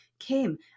Kim